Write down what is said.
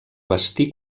bastir